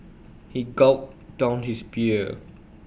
he gulped down his beer